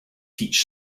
teach